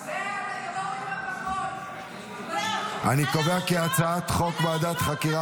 החוק --- אני קובע כי הצעת חוק ועדת חקירה